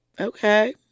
Okay